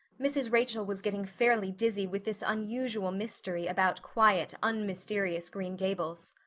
mrs. rachel was getting fairly dizzy with this unusual mystery about quiet, unmysterious green gables.